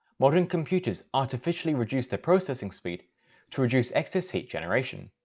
modern computers artificially reduce their processing speed to reduce excess heat generation.